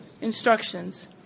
instructions